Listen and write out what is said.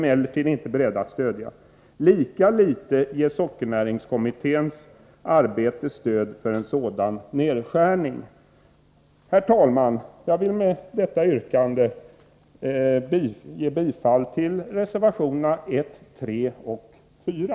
Sockernäringskommitténs arbete ger lika litet stöd för en sådan nedskärning. Herr talman! Jag vill med detta yrka bifall till reservationerna 1, 3 och 4.